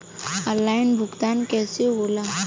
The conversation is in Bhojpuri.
ऑनलाइन भुगतान कईसे होला?